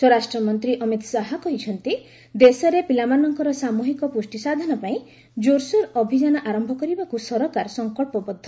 ସ୍ୱରାଷ୍ଟ୍ରମନ୍ତ୍ରୀ ଅମିତ ଶାହ କହିଛନ୍ତି ଦେଶରେ ପିଲାମାନଙ୍କର ସାମ୍ବହିକ ପୁଷ୍ଟି ସାଧନ ପାଇଁ ଜୋରସୋର ଅଭିଯାନ ଆରମ୍ଭ କରିବାକୁ ସରକାର ସଫକଳ୍ପବଦ୍ଧ